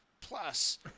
plus